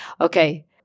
okay